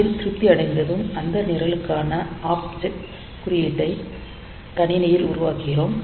அதில் திருப்தி அடைந்ததும் அந்த நிரலுக்கான ஆப்ஜெட் குறியீட்டை கணினியில் உருவாக்குகிறோம்